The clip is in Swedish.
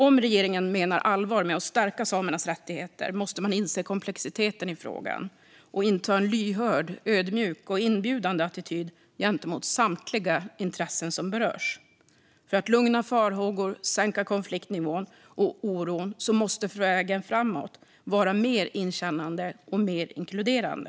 Om regeringen menar allvar med att stärka samernas rättigheter måste man inse komplexiteten i frågan och inta en lyhörd, ödmjuk och inbjudande attityd gentemot samtliga intressen som berörs. För att lugna farhågorna, sänka konfliktnivån och minska oron måste vägen framåt vara mer inkännande och inkluderande.